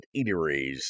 eateries